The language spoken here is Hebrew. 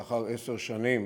לאחר עשר שנים